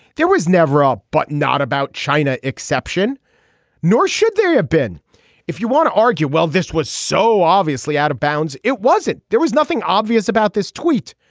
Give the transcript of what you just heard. there was never a button but not about china exception nor should there have been if you want to argue well this was so obviously out of bounds. it was it. there was nothing obvious about this tweet.